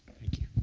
thank you.